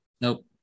Nope